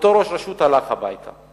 ואותו ראש רשות הלך הביתה.